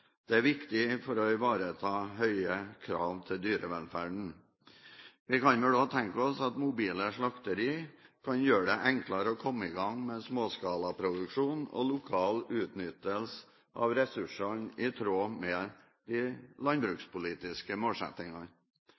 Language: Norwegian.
Det er viktig for å ivareta høye krav til dyrevelferden. Vi kan vel også tenke oss at mobile slakterier kan gjøre det enklere å komme i gang med småskalaproduksjon og lokal utnyttelse av ressursene i tråd med de landbrukspolitiske målsettingene.